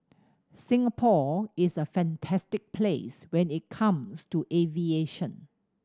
Singapore is a fantastic place when it comes to aviation